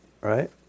right